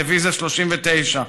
דיביזיה 39,